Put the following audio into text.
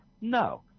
No